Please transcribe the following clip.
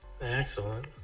Excellent